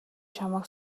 чамайг